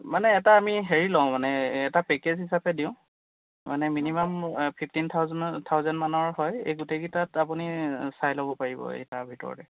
মানে এটা আমি হেৰি লওঁ মানে এটা পেকেজ হিচাপে দিওঁ মানে মিনিমাম ফিফটিন থাউজেণ্ড থাউজেণ্ডমানৰ হয় এই গোটেইকেইটাত আপুনি চাই ল'ব পাৰিব এই তাৰ ভিতৰতে